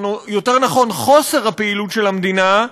או יותר נכון חוסר הפעילות של המדינה,